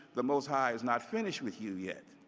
the most high is not finished with you yet.